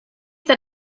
that